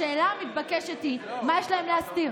השאלה המתבקשת היא מה יש להם להסתיר?